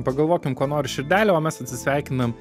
pagalvokim ko nori širdelė o mes atsisveikinam